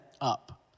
up